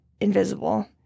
invisible